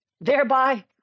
thereby